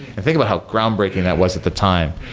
and think about how groundbreaking that was at the time.